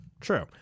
true